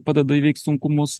padeda įveikt sunkumus